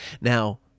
Now